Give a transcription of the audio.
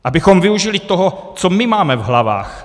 Abychom využili toho, co my máme v hlavách.